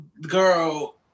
girl